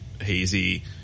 Hazy